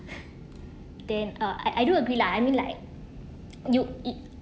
then uh I I do agree lah I mean like you it